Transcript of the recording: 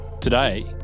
today